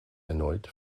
erneut